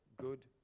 good